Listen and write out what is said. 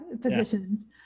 positions